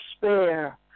despair